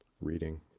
reading